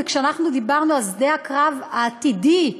ואנחנו דיברנו על שדה הקרב העתידי,